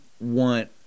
want